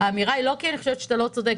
האמירה היא לא כי אני חושבת שאתה לא צודק,